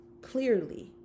clearly